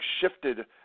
shifted